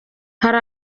hari